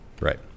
Right